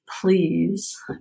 please